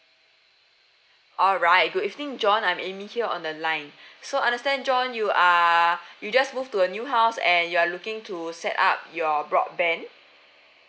alright good evening john I'm amy here on the line so understand john you are you just move to a new house and you are looking to set up your broadband